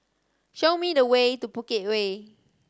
show me the way to Bukit Way